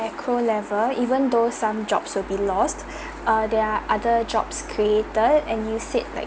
macro level even though some jobs will be lost uh there are other jobs created and you said like